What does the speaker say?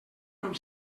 amb